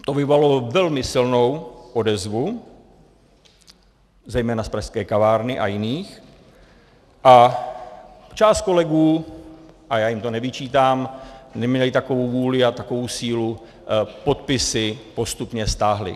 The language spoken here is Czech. To vyvolalo velmi silnou odezvu zejména z pražské kavárny a jiných a část kolegů, a já jim to nevyčítám, neměli takovou vůli a takovou sílu a podpisy postupně stáhli.